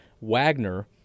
Wagner